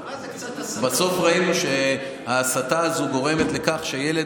בסוף ראינו שההסתה הזאת גורמת לכך שילד